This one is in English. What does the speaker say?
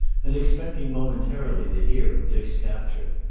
and expecting momentarily to hear of dick's capture.